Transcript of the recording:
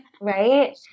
right